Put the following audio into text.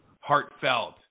heartfelt